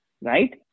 right